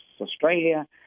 Australia